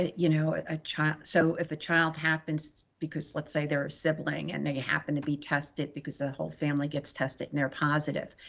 ah you know, a child, so if a child happens because let's say they're a sibling and they happen to be tested because the whole family gets tested and they're positive,